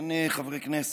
אין חברי כנסת,